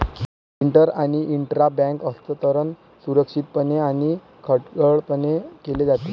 inter आणि intra bank हस्तांतरण सुरक्षितपणे आणि अखंडपणे केले जाते